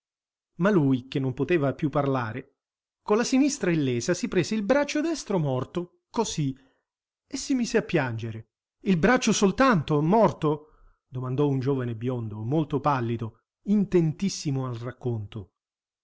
ma lui che non poteva più parlare con la sinistra illesa si prese il braccio destro morto così e si mise a piangere il braccio soltanto morto domandò un giovane biondo molto pallido intentissimo al racconto